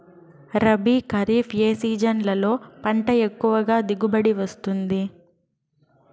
రబీ, ఖరీఫ్ ఏ సీజన్లలో పంట ఎక్కువగా దిగుబడి వస్తుంది